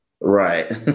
Right